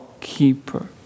keeper